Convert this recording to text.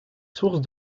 sources